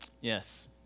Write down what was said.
Yes